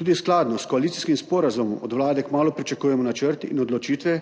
Tudi skladno s koalicijskim sporazumom od Vlade kmalu pričakujemo načrt in odločitve,